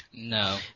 No